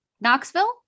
Knoxville